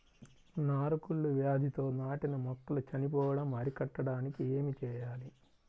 నారు కుళ్ళు వ్యాధితో నాటిన మొక్కలు చనిపోవడం అరికట్టడానికి ఏమి చేయాలి?